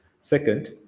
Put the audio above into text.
Second